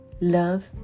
love